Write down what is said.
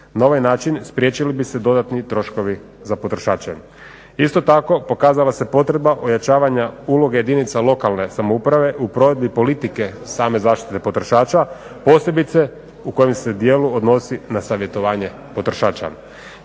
Na ovaj način spriječili bi se dodatni troškovi za potrošače. Isto tako pokazala se potreba ojačavanja uloge jedinica lokalne samouprave u provedbi politike same zaštite potrošača, posebice u kojem se dijelu odnosi na savjetovanje potrošača.